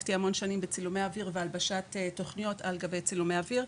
עסקתי המון שנים בצילומי אוויר והלבשת תוכניות על-גבי צילומי אוויר.